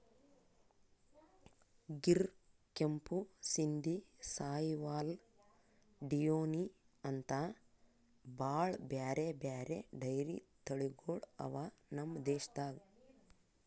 ಗಿರ್, ಕೆಂಪು ಸಿಂಧಿ, ಸಾಹಿವಾಲ್, ಡಿಯೋನಿ ಅಂಥಾ ಭಾಳ್ ಬ್ಯಾರೆ ಬ್ಯಾರೆ ಡೈರಿ ತಳಿಗೊಳ್ ಅವಾ ನಮ್ ದೇಶದಾಗ್